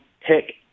pick